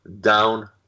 down